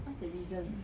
what's the reason